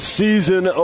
season